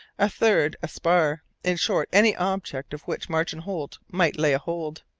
a third a spar in short, any object of which martin holt might lay hold.